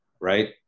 right